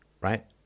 right